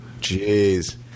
Jeez